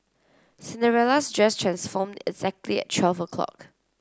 Cinderella's dress transformed exactly at twelve o'clock